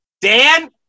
Dan